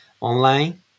online